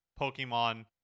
Pokemon